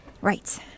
Right